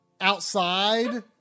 outside